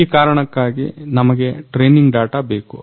ಈ ಕಾರಣಕ್ಕಾಗಿ ನಮಗೆ ಟ್ರೈನಿಂಗ್ ಡಾಟ ಬೇಕು